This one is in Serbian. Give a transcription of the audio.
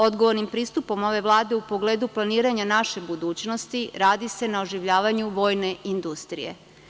Odgovornih pristupom ove Vlade u pogledu planiranje naše budućnosti, radi se na oživljavanju vojne industrije.